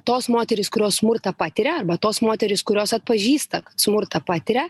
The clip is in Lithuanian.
tos moterys kurios smurtą patiria arba tos moterys kurios atpažįsta smurtą patiria